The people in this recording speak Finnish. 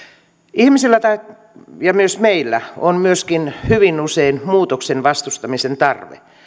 ihmisillä ja myös meillä on myöskin hyvin usein muutoksen vastustamisen tarve